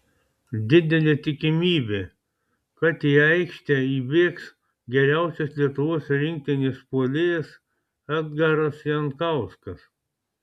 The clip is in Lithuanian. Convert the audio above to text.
didelė tikimybė kad į aikštę įbėgs geriausias lietuvos rinktinės puolėjas edgaras jankauskas